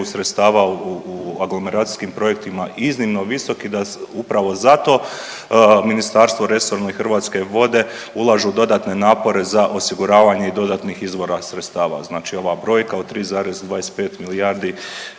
sredstava u aglomeracijskim projektima iznimno visok i da upravo zato Ministarstvo resorno i Hrvatske vode ulažu dodatne napore za osiguravanje i dodatnih izvora sredstava. Znači ova brojka od 3,25 milijardi